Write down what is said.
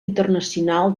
internacional